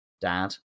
dad